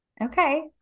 Okay